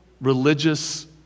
religious